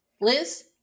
liz